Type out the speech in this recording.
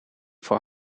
for